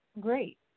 Great